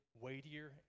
weightier